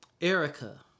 Erica